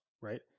right